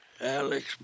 Alex